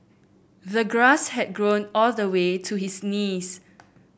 the grass had grown all the way to his knees